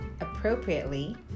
appropriately